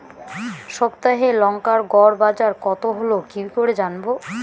সপ্তাহে লংকার গড় বাজার কতো হলো কীকরে জানবো?